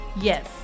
Yes